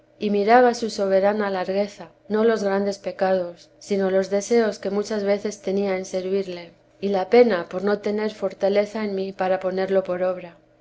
y miraba su soberana largueza no los grandes pecados sino los deseos que muchas veces tenía en servirle y tebésa de jl s la pena por no tener fortaleza en mí para ponerlo por obra